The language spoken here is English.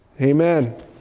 Amen